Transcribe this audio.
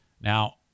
Now